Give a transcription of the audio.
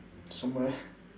somewhere